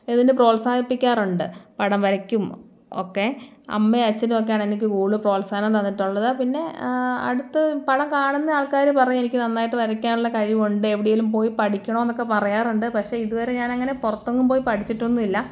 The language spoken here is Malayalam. ഇതിന് പ്രോത്സാഹിപ്പിക്കാറുണ്ട് പടം വരയ്ക്കും ഒക്കെ അമ്മയും അച്ഛനുമൊക്കെയാണ് എനിക്ക് കൂടുതലും പ്രോത്സാഹനം തന്നിട്ടുള്ളത് പിന്നെ അടുത്ത് പടം കാണുന്ന ആൾക്കാർ പറയും എനിക്ക് നന്നായിട്ട് വരയ്ക്കാനുള്ള കഴിവുണ്ട് എവിടെയെങ്കിലും പോയി പഠിക്കണമെന്നൊക്കെ പറയാറുണ്ട് പക്ഷേ ഇതുവരെ ഞാനങ്ങനെ പുറത്തൊന്നും പോയി പഠിച്ചിട്ടൊന്നുമില്ല